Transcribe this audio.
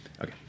Okay